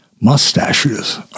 mustaches